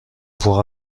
pourra